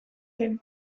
zen